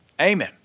amen